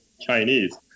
Chinese